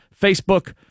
Facebook